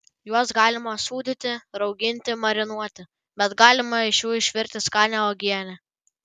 juos galima sūdyti rauginti marinuoti bet galima iš jų išvirti skanią uogienę